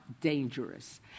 dangerous